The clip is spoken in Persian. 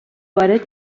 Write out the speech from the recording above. وارد